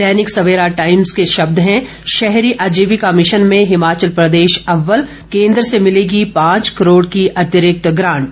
दैनिक Savera times के शब्द हैं शहरी आजीविका मिशन में हिमाचल प्रदेश अव्वल केंद्र से मिलेगी पांच करोड़ की अतिरिक्त ग्रांट